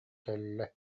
кэллэ